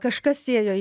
kažkas ėjo